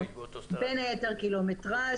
בין היתר קילומטרז',